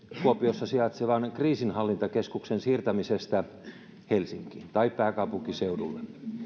kuopiossa sijaitsevan kriisinhallintakeskuksen siirtämisestä helsinkiin tai pääkaupunkiseudulle